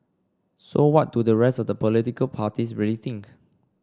so what do the rest of the political parties really think